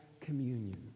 communion